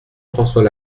françois